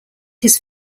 his